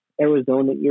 Arizona